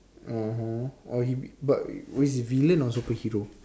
(uh huh) orh he but was a villain or super hero